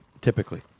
typically